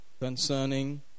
concerning